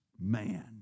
man